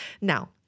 Now